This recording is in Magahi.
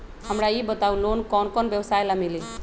हमरा ई बताऊ लोन कौन कौन व्यवसाय ला मिली?